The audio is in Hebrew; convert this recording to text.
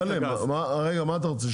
מה אתה רוצה,